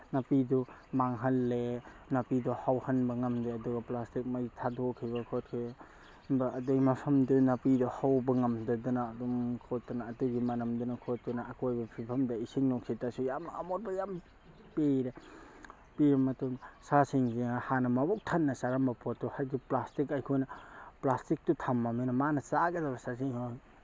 ꯅꯥꯄꯤꯗꯨ ꯃꯥꯡꯍꯜꯂꯦ ꯅꯥꯄꯤꯗꯣ ꯍꯧꯍꯟꯕ ꯉꯝꯗꯦ ꯑꯗꯨꯒ ꯄ꯭ꯂꯥꯁꯇꯤꯛ ꯃꯩ ꯊꯥꯗꯣꯛꯈꯤꯕ ꯈꯣꯠꯈꯤꯕ ꯑꯗꯨꯒꯤ ꯃꯐꯝꯗꯨꯗ ꯅꯥꯄꯤꯗꯣ ꯍꯧꯕ ꯉꯝꯗꯗꯅ ꯑꯗꯨꯝ ꯈꯣꯠꯇꯅ ꯑꯗꯨꯒꯤ ꯃꯅꯝꯗꯨꯅ ꯈꯣꯠꯇꯨꯅ ꯑꯀꯣꯏꯕꯒꯤ ꯐꯤꯕꯝꯗ ꯏꯁꯤꯡ ꯅꯨꯡꯁꯤꯠꯇꯁꯨ ꯌꯥꯝꯅ ꯑꯃꯣꯠꯄ ꯌꯥꯝ ꯄꯤꯔꯦ ꯄꯤꯕ ꯃꯇꯨꯡ ꯁꯥꯁꯤꯡꯁꯤꯅ ꯍꯥꯟꯅ ꯃꯕꯨꯛ ꯊꯟꯅ ꯆꯥꯔꯝꯕ ꯄꯣꯠꯇꯣ ꯍꯥꯏꯕꯗꯤ ꯄ꯭ꯂꯥꯁꯇꯤꯛ ꯑꯩꯈꯣꯏꯅ ꯄ꯭ꯂꯥꯁꯇꯤꯛꯇꯨ ꯊꯝꯃꯕꯅꯤꯅ ꯃꯥꯅ ꯆꯥꯒꯗꯕ ꯁꯖꯤꯛ